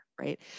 right